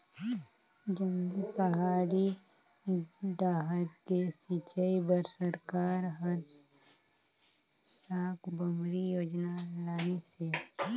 जंगली, पहाड़ी डाहर के सिंचई बर सरकार हर साकम्बरी योजना लानिस हे